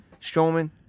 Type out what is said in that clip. Strowman